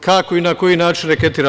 Kako i na koji način reketira?